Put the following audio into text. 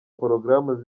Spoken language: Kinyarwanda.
porogaramu